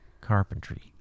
carpentry